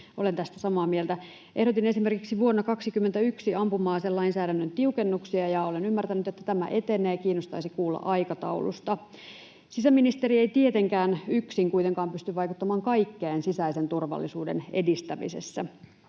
olen tästä samaa mieltä. Ehdotin esimerkiksi vuonna 21 ampuma-aselainsäädännön tiukennuksia ja olen ymmärtänyt, että tämä etenee. Kiinnostaisi kuulla aikataulusta. Sisäministeri ei tietenkään yksin kuitenkaan pysty vaikuttamaan kaikkeen sisäisen turvallisuuden edistämisessä.